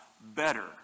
better